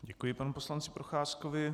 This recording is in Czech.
Děkuji panu poslanci Procházkovi.